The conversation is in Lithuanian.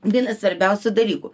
vienas svarbiausių dalykų